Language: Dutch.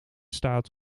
staat